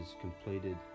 completed